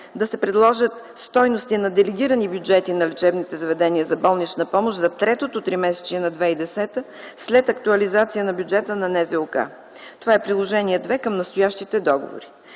да се предложат стойности на делегирани бюджети на лечебните заведения за болнична помощ за третото тримесечие на 2010 г., след актуализация на бюджета на НЗОК. Това е Приложение № 2 към настоящите договори.